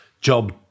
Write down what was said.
job